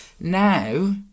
now